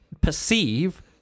perceive